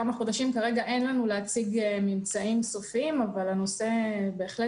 כרגע אין לנו ממצאים סופיים שנוכל להציג אותם אבל הנושא בהחלט